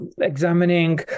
examining